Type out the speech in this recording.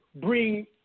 bring